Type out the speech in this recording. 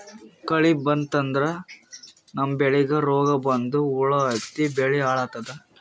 ಕಳಿ ಬಂತಂದ್ರ ನಮ್ಮ್ ಬೆಳಿಗ್ ರೋಗ್ ಬಂದು ಹುಳಾ ಹತ್ತಿ ಬೆಳಿ ಹಾಳಾತದ್